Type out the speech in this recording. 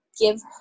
give